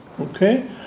Okay